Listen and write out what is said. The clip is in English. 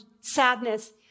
sadness